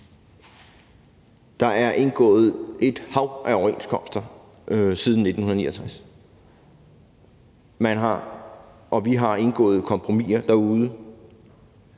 Der er indgået et hav af overenskomster siden 1969. Man har og vi har indgået kompromiser derude.